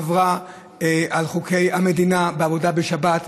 עברה על חוקי המדינה בעבודה בשבת,